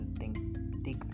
take